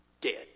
dead